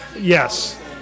Yes